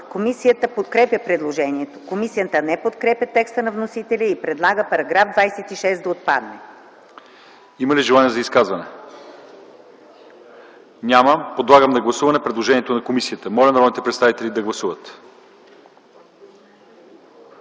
Комисията подкрепя предложението. Комисията не подкрепя текста на вносителя и предлага § 26 да отпадне. ПРЕДСЕДАТЕЛ ЛЪЧЕЗАР ИВАНОВ: Има ли желаещи за изказване? Няма. Подлагам на гласуване предложението на комисията. Моля народните представители да гласуват.